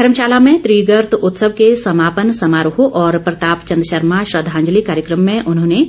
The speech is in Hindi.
धर्मशाला में त्रिगर्त उत्सव के समापन समारोह और प्रताप चंद शर्मा श्रद्धांजलि कार्यक्रम में उन्होंने